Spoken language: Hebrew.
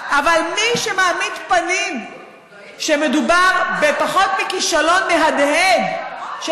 אבל מי שמעמיד פנים שמדובר בפחות מכישלון מהדהד של